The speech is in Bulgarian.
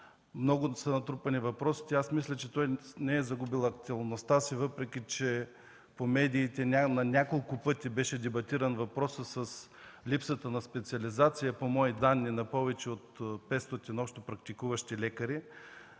много натрупани, аз мисля, че той не е загубил актуалността си, въпреки че по медиите на няколко пъти беше дебатиран въпросът с липсата на специализация – по мои данни, на повече от 500 общопрактикуващи лекари.